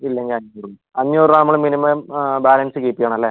ഇല്ല ഞാൻ അഞ്ഞൂറ് രൂപ നമ്മൾ മിനിമം ബാലൻസ് കീപ്പ് ചെയ്യണം അല്ലേ